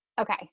okay